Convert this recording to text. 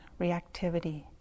reactivity